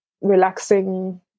relaxing